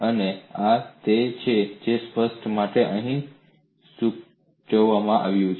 અને આ તે છે જે સ્પષ્ટતા માટે અહીં સૂચવવામાં આવ્યું છે